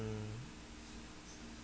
mm